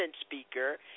speaker